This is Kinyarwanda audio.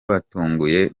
batunguwe